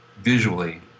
visually